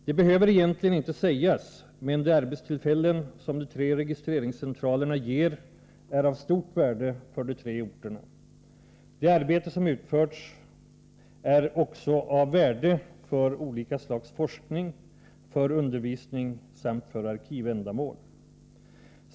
Det behöver egentligen inte sägas — men de arbetstillfällen som de tre registreringscentralerna ger är också av värde för olika slags forskning, för undervisning samt för arkivändamål.